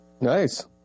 Nice